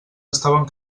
estaven